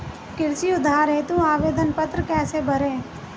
कृषि उधार हेतु आवेदन पत्र कैसे भरें?